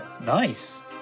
Nice